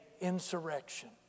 insurrection